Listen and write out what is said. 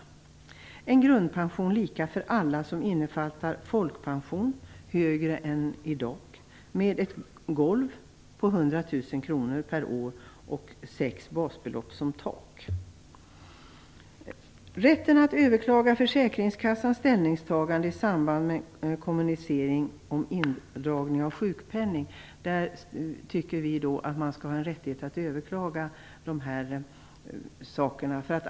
Det är en grundpension lika för alla, som innefattar en folkpension som är högre än i dag, med ett golv på 100 000 kr per år och ett tak på sex basbelopp. I fråga om rätten att överklaga försäkringskassans ställningstagande i samband med kommunicering om indragning av sjukpenning, tycker vi att man skall ha en rättighet att överklaga.